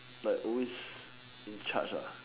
like always in charge